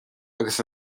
agus